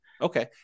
Okay